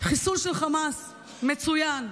חיסול של חמאס, מצוין.